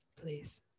Please